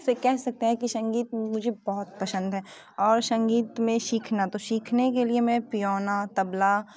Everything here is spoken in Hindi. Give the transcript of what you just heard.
से कह सकते हैं कि संगीत मुझे बहुत पसंद है और संगीत में सीखना सीखने के लिए तो मैं पियोना तबला